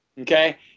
Okay